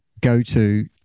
go-to